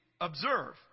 observe